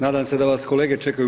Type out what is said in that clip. Nadam se da vas kolege čekaju u